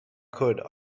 could